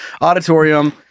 auditorium